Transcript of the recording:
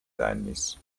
tennis